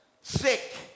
sick